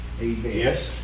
Yes